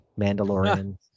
Mandalorian